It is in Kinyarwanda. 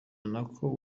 n’ako